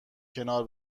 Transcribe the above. کنار